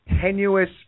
tenuous